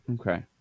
Okay